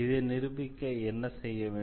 இதை நிரூபிக்க என்ன செய்ய வேண்டும்